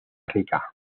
rica